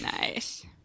Nice